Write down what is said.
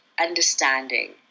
understanding